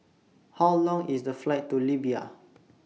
How Long IS The Flight to Libya